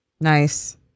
Nice